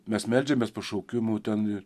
mes meldžiamės pašaukimų ten